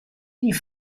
die